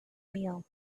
meal